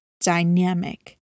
dynamic